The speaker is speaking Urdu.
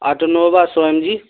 اٹنووا سو ایم جی